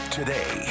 Today